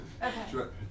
Okay